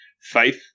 faith